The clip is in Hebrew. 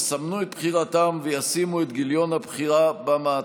יסמנו את בחירתם וישימו את גיליון הבחירה במעטפה.